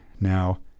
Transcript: Now